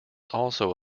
also